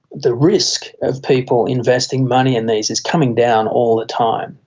the risk of people investing money in these is coming down all the time.